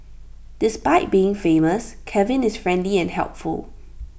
despite being famous Kevin is friendly and helpful